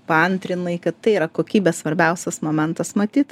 paantrinai kad tai yra kokybė svarbiausias momentas matyt